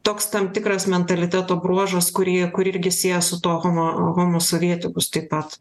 toks tam tikras mentaliteto bruožas kurį kurį irgi sieja su tuo homo homo sovietikus taip pat